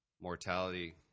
mortality